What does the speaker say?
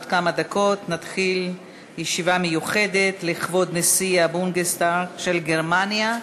עוד כמה דקות נתחיל ישיבה מיוחדת לכבוד נשיא הבונדסטאג של גרמניה.